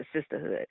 sisterhood